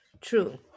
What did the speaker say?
True